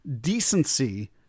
decency